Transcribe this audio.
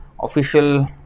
official